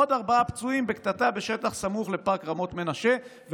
עוד ארבעה פצועים בקטטה בשטח סמוך לפארק רמות מנשה,